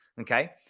Okay